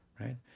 right